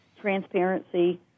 transparency